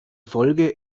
folge